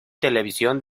televisión